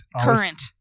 Current